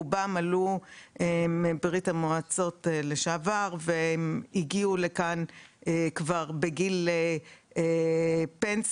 רובם עלו מברית המועצות לשעבר והגיעו לכאן כבר בגיל פנסיה,